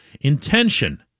intention